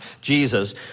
Jesus